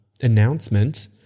announcement